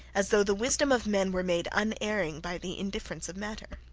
as though the wisdom of men were made unerring by the indifference of matter.